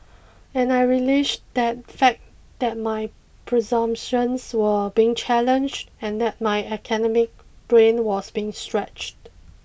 and I relished that fact that my presumptions were being challenged and that my academic brain was being stretched